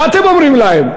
מה אתם אומרים להם?